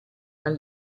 mal